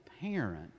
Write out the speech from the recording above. parent